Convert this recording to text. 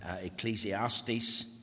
Ecclesiastes